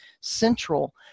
central